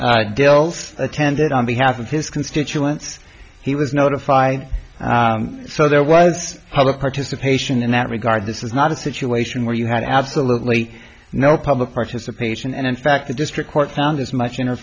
senator deals attended on behalf of his constituents he was notified so there was public participation in that regard this is not a situation where you had absolutely no public participation and in fact the district court found as much in her